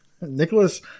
Nicholas